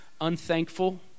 unthankful